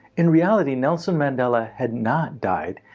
in reality nelson mandela had not died.